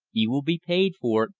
you will be paid for it,